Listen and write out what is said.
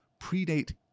predate